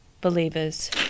believers